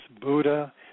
Buddha